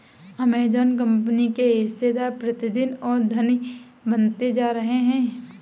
Amazon company के हिस्सेदार प्रतिदिन और धनी बनते जा रहे हैं